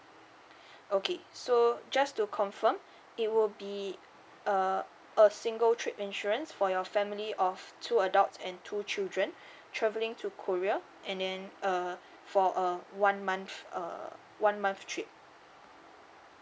okay so just to confirm it will be uh a single trip insurance for your family of two adults and two children traveling to korea and then uh for uh one month uh one month trip